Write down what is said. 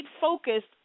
focused